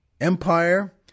Empire